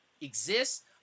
exists